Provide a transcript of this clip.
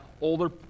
older